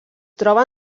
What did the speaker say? troba